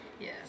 yes